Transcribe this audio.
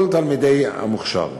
כל תלמידי המוכש"ר.